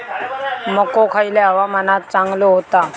मको खयल्या हवामानात चांगलो होता?